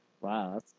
Wow